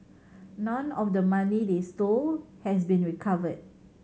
none of the money they stole has been recovered